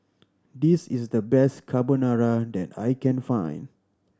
this is the best Carbonara that I can find